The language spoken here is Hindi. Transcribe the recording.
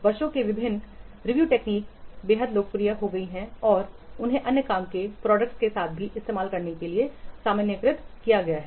वर्षों से विभिन्न रिव्यू टेक्निकस बेहद लोकप्रिय हो गई हैं और उन्हें अन्य काम के प्रोडक्ट्स के साथ भी इस्तेमाल करने के लिए सामान्यीकृत किया गया है